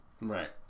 Right